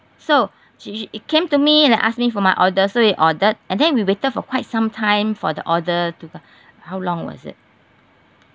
so she she came to me and ask me for my order so we ordered and then we waited for quite some time for the order to come how long was it